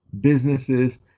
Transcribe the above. businesses